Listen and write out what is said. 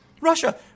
Russia